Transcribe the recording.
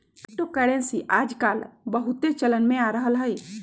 crypto currency याजकाल बहुते चलन में आ रहल हइ